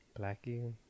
Blackie